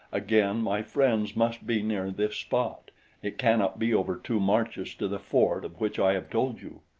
again, my friends must be near this spot it cannot be over two marches to the fort of which i have told you.